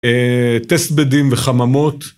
טסט-בדים וחממות